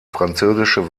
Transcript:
französische